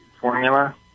Formula